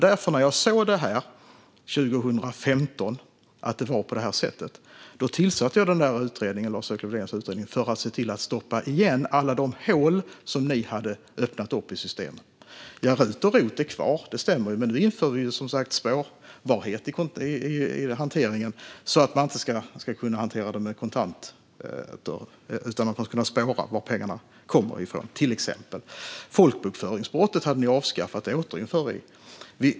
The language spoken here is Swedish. När jag 2015 såg att det var på det sättet tillsatte jag därför Lars-Erik Lövdéns utredning, för att se till att stoppa igen alla de hål som ni hade öppnat upp i systemet. Det stämmer att RUT och ROT är kvar. Men nu inför vi som sagt spårbarhet i hanteringen, för att man inte ska kunna hantera det med kontanter. Det ska kunna spåras, till exempel var pengarna kommer från. Folkbokföringsbrottet hade ni avskaffat. Det återinför vi.